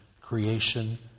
creation